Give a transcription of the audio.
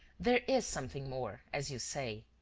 there is something more, as you say.